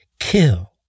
kill